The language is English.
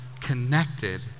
connected